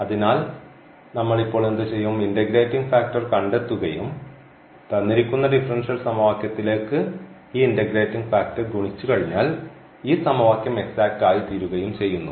അതിനാൽ നമ്മൾ ഇപ്പോൾ എന്തുചെയ്യും ഇന്റഗ്രേറ്റിംഗ് ഫാക്ടർ കണ്ടെത്തുകയും തന്നിരിക്കുന്ന ഡിഫറൻഷ്യൽ സമവാക്യത്തിലേക്ക് ഈ ഇൻറഗ്രേറ്റിംഗ് ഫാക്ടർ ഗുണിച്ചുകഴിഞ്ഞാൽ ഈ സമവാക്യം എക്സാറ്റ്ആയിത്തീരുകയും ചെയ്യുന്നു